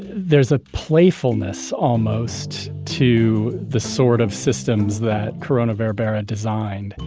there's a playfulness almost to the sort of systems that corona-verbera designed.